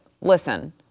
listen